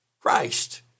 Christ